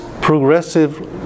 progressive